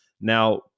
now